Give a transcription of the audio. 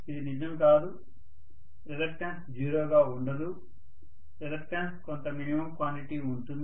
ఇది నిజము కాదు రిలక్టన్స్ జీరో గా ఉండదు రిలక్టన్స్ కొంత మినిమమ్ క్వాంటిటీ ఉంటుంది